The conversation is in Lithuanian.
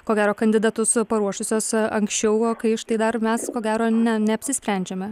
ko gero kandidatus paruošusios anksčiau kai štai dar mes ko gero ne neapsisprendžiame